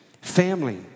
family